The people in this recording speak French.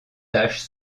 taches